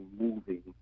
moving